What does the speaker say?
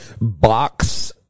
box